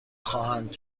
خواهند